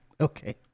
okay